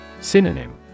Synonym